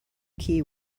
key